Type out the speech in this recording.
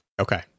Okay